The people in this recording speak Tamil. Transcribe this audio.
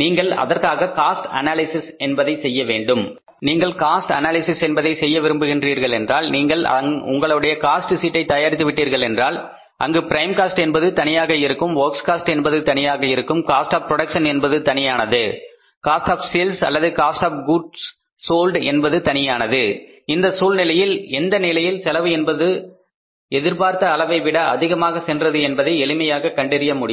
நீங்கள் அதற்காக காஸ்ட் அனாலிசிஸ் என்பதை செய்ய வேண்டும் நீங்கள் காஸ்ட் அனாலிசிஸ் என்பதை செய்ய விரும்புகிறீர்கள் என்றால் நீங்கள் உங்களுடைய காஸ்ட் சீட்டை தயாரித்து விட்டீர்கள் என்றால் அங்கு பிரைம் காஸ்ட் என்பது தனியாக இருக்கும் வொர்க் காஸ்ட் என்பது தனியாக இருக்கும் காஸ்ட் ஆஃ புரோடக்சன் என்பது தனியானது காஸ்ட் ஆஃ சேல்ஸ் அல்லது காஸ்ட் ஆஃ குட்ஸ் சோல்ட் என்பதும் தனியானது இந்த சூழ்நிலையில் எந்த நிலையில் செலவு என்பது எதிர்பார்த்த அளவைவிட அதிகமாக சென்றது என்பதை எளிமையாக கண்டறிய முடியும்